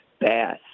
bass